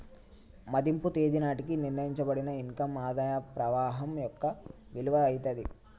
మదింపు తేదీ నాటికి నిర్ణయించబడిన ఇన్ కమ్ ఆదాయ ప్రవాహం యొక్క విలువ అయితాది